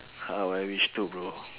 how I wish too bro